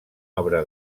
obra